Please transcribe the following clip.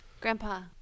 Grandpa